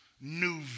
new